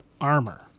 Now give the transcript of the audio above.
armor